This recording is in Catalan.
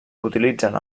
utilitzen